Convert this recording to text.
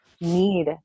need